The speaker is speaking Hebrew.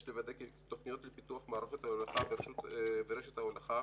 יש לוודא כי תוכניות לפיתוח מערכות ההולכה ורשת ההולכה